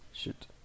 shoot